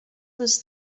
was